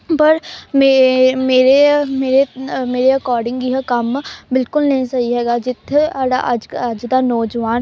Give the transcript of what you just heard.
ਪਰ ਮੇ ਮੇਰੇ ਮੇਰੇ ਨ ਮੇਰੇ ਅਕੋਡਿੰਗ ਇਹ ਕੰਮ ਬਿਲਕੁਲ ਨਹੀਂ ਸਹੀ ਹੈਗਾ ਜਿੱਥੇ ਸਾਡਾ ਅੱਜ ਅੱਜ ਦਾ ਨੌਜਵਾਨ